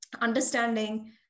Understanding